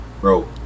bro